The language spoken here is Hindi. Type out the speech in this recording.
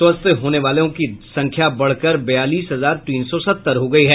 स्वस्थ होने वालों की संख्या बढ़कर बयालीस हजार तीन सौ सत्तर हो गयी है